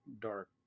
Dark